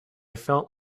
felt